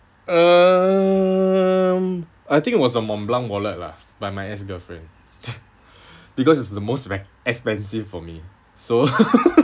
um I think it was a Montblanc wallet lah by my ex-girlfriend because it's the most ex~ expensive for me so